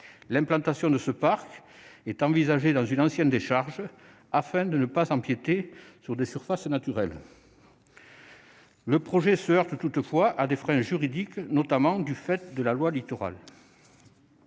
L'implantation de ce parc est envisagée dans une ancienne décharge, afin de ne pas empiéter sur des surfaces naturelles. Le projet se heurte toutefois à des freins juridiques, notamment du fait de la loi Littoral.